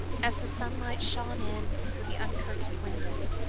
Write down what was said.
as the sunlight shone in through the uncurtained window,